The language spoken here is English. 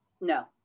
No